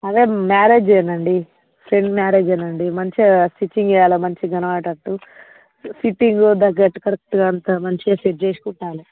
అదే మ్యారేజ్ కదండీ ఫ్రెండ్ మ్యారేజండీ మంచిగా స్టిచ్చింగ్ చెయ్యాలి మంచిగా కనపడట్టు ఫిట్టింగ్ తగట్టు కరెక్ట్గా అంతా మంచిగా సెట్ చేసి కుట్టాలి